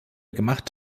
gemacht